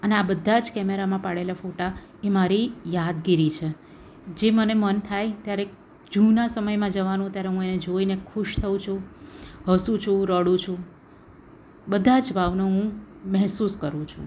અને આ બધા જ કેમેરામાં પડેલા ફોટા એ મારી યાદગીરી છે જે મને મન થાય ત્યારે જૂના સમયમાં જવાનું ત્યારે હું એને જોઈને ખુશ થઉં છું હસું છું રડું છું બધા જ ભાવનો હું મહેસુસ કરું છું